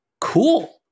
Cool